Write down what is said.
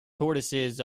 tortoises